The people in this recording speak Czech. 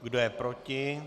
Kdo je proti?